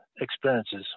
experiences